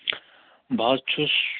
بہٕ حظ چھُس